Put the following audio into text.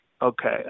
Okay